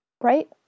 right